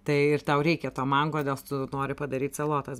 tai ir tau reikia to mango nes tu nori padaryt salotas